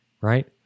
right